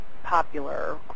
popular